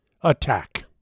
attack